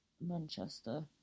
Manchester